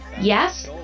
Yes